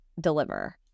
deliver